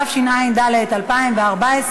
התשע"ד 2014,